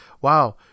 wow